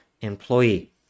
employee